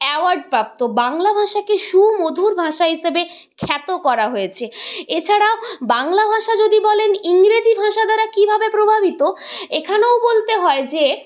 award প্রাপ্ত বাংলা ভাষাকে সুমধুর ভাষা হিসাবে খ্যাত করা হয়েছে এছাড়াও বাংলা ভাষা যদি বলেন ইংরেজি ভাষা দ্বারা কীভাবে প্রভাবিত এখানেও বলতে হয় যে